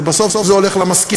ובסוף זה הולך למשכיר,